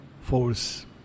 force